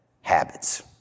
habits